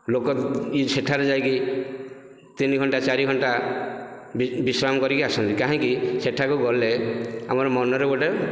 ଲୋକ ସେଠାରେ ଯାଇକି ତିନି ଘଣ୍ଟା ଚାରି ଘଣ୍ଟା ବିଶ୍ରାମ କରିକି ଆସନ୍ତି କାହିଁକି ସେଠାକୁ ଗଲେ ଆମର ମନରେ ଗୋଟିଏ